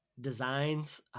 designs